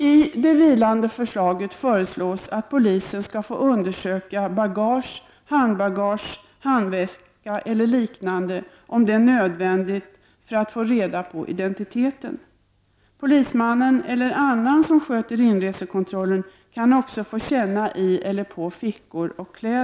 I det vilande förslaget föreslås att polisen skall få undersöka bagage, handbagage, handväska eller liknande om det är nödvändigt för att ta reda på identiteten. Polisman eller annan som sköter inresekontrollen skall också få känna i eller utanpå kläder och fickor.